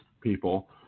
people